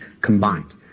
combined